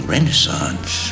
Renaissance